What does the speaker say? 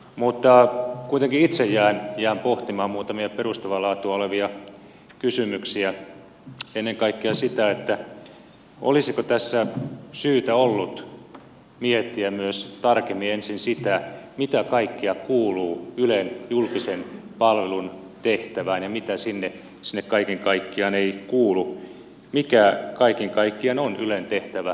mutta kuitenkin itse jään pohtimaan muutamia perustavaa laatua olevia kysymyksiä ennen kaikkea sitä olisiko tässä syytä ollut miettiä myös tarkemmin ensin sitä mitä kaikkea kuuluu ylen julkisen palvelun tehtävään ja mitä sinne kaiken kaikkiaan ei kuulu mikä kaiken kaikkiaan on ylen tehtävä tulevaisuudessa